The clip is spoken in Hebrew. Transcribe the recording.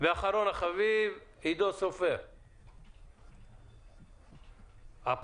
עידו סופר, בבקשה.